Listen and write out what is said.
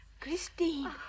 Christine